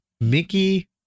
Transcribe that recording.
Mickey